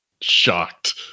shocked